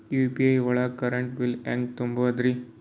UPI ಒಳಗ current bill ಹೆಂಗ್ ತುಂಬದ್ರಿ?